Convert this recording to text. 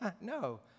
No